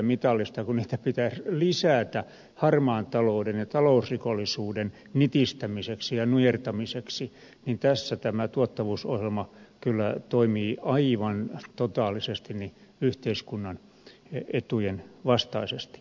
kun näitä pitäisi lisätä harmaan talouden ja talousrikollisuuden nitistämiseksi ja nujertamiseksi niin tässä tuottavuusohjelma kyllä toimii aivan totaalisesti yhteiskunnan etujen vastaisesti